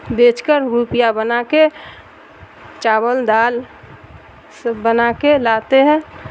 بیچ کر روپیہ بنا کے چاول دال سب بنا کے لاتے ہیں